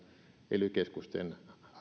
ely keskusten